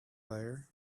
there